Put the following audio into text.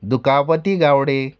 दुखापती गावडे